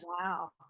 wow